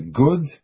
good